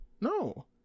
no